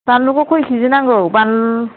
बानलुखौ खै केजि नांगौ बानलु